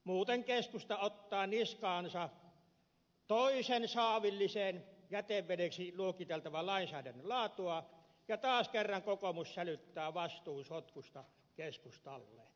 muuten keskusta ottaa niskaansa toisen saavillisen jätevedeksi luokiteltavaa lainsäädännön laatua ja taas kerran kokoomus sälyttää vastuun sotkusta keskustalle niin kuin kävi viikko sitten